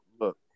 look